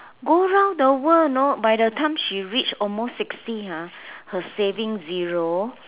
go round the world know by the time she reach almost sixty ah her savings zero